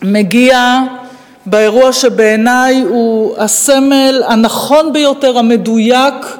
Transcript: מגיע באירוע שבעיני הוא הסמל הנכון ביותר, המדויק,